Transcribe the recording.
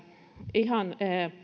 ihan